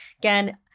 again